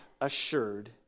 assured